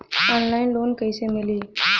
Online loan कइसे मिली?